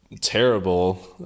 terrible